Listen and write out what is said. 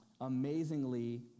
amazingly